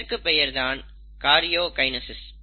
இதற்குப் பெயர்தான் காரியோகைனசிஸ்